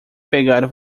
pegar